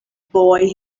boy